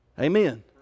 Amen